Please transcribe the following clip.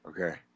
Okay